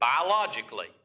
biologically